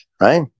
right